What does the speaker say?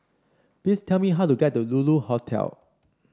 please tell me how to get to Lulu Hotel